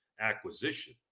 acquisition